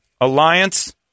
Alliance